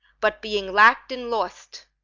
but being lack'd and lost,